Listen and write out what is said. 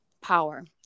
power